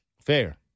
Fair